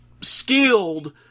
skilled